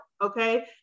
Okay